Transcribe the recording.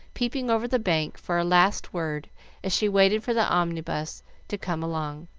peeping over the bank for a last word as she waited for the omnibus to come along.